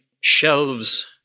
shelves